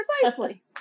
Precisely